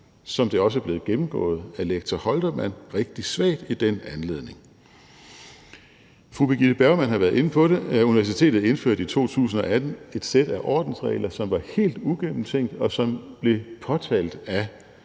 som det også er blevet gennemgået af lektor Holtermann, rigtig svagt i den anledning. Fru Birgitte Bergman har været inde på det: Universitetet indførte i 2018 et sæt af ordensregler, som var helt uigennemtænkte, og som blev påtalt af